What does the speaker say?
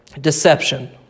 deception